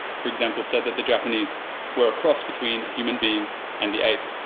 for example, said that the japanese were a cross between a human being and the ape.